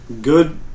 good